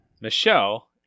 Michelle